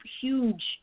huge